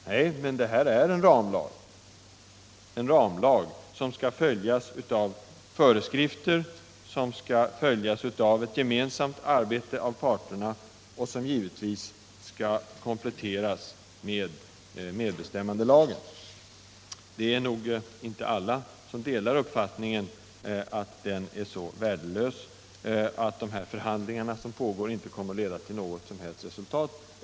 Nej, det gör det inte, men det här är en ramlag som skall följas av föreskrifter, som skall följas av ett gemensamt arbete av arbetsmarknadens parter och som givetvis kompletteras av medbestämmandelagen. Det är nog inte alla som delar uppfattningen att den är så värdelös att de förhandlingar som pågår inte kommer att leda till något som helst resultat.